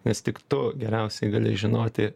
nes tik tu geriausiai gali žinoti